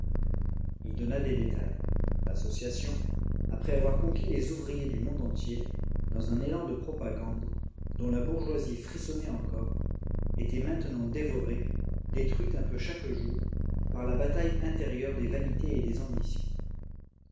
il donna des détails l'association après avoir conquis les ouvriers du monde entier dans un élan de propagande dont la bourgeoisie frissonnait encore était maintenant dévorée détruite un peu chaque jour par la bataille intérieure des vanités et des ambitions